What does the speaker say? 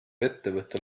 ettevõte